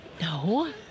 No